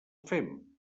fem